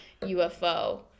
UFO